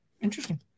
interesting